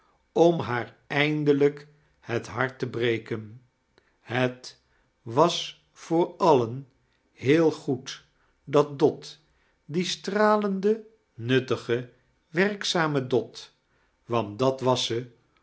om haar eindelijk het hart te breken het was voor alien heel goecl dat dot die stralende nuttige werkzame dot want dat was ze